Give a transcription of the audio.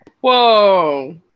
whoa